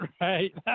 right